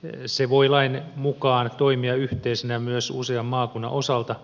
se voi lain mukaan toimia yhteisenä myös usean maakunnan osalta